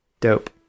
dope